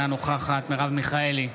אינה נוכחת מרב מיכאלי,